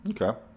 okay